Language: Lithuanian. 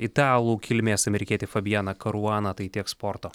italų kilmės amerikietį fabijaną koruaną tai tiek sporto